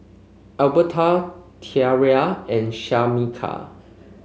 Albertha Tierra and Shamika